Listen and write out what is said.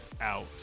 out